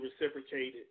reciprocated